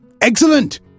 Excellent